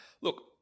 look